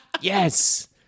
Yes